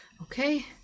Okay